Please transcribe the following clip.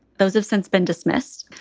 those have since been dismissed.